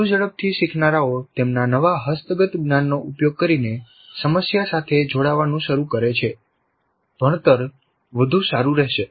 વધુ ઝડપથી શીખનારાઓ તેમના નવા હસ્તગત જ્ઞાનનો ઉપયોગ કરીને સમસ્યા સાથે જોડાવાનું શરૂ કરે છે ભણતર વધુ સારું રહેશે